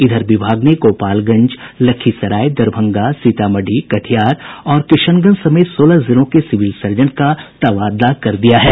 इधर विभाग ने गोपालगंज लखीसराय दरभंगा सीतामढ़ी कटिहार और किशनगंज समेत सोलह जिलों के सिविल सर्जन का तबादला कर दिया है